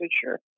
sure